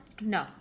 No